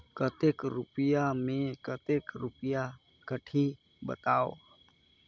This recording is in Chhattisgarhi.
कतेक रुपिया मे कतेक रुपिया कटही बताव?